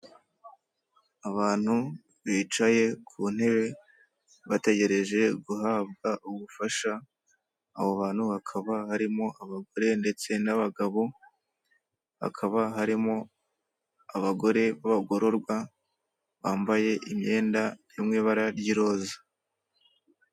Abantu bicaye ku ntebe bategereje guhabwa ubufasha aho hantu hakaba harimo abagore ndetse n'abagabo hakaba harimo abagore b'abagororwa bambaye imyenda iri mu ibara ry'iroza.